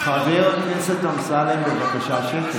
חבר הכנסת אמסלם, בבקשה שקט.